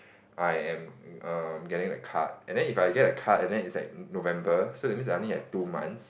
I am err getting the card and then if I get the card and then it's like November so that means I only have two months